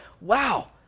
wow